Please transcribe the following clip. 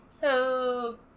hello